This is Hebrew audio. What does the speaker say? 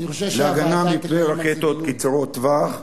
אני חושב, להגנה מפני רקטות קצרות טווח.